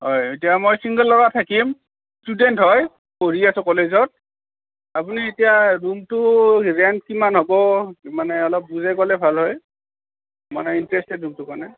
এতিয়া মই চিংগল ল'ৰা থাকিম ষ্টুডেণ্ট হয় পঢ়ি আছোঁ কলেজত আপুনি এতিয়া ৰূমটো ৰেণ্ট কিমান হ'ব মানে অলপ বুজাই ক'লে ভাল হয় মই ইণ্টাৰেষ্টেড ৰূমটোৰ কাৰণে